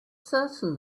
certain